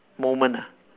moment ah